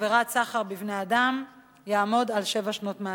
עבירת סחר בבני-אדם יעמוד על שבע שנות מאסר,